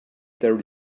their